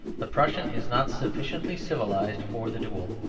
the prussian is not sufficiently civilised for the duel.